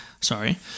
sorry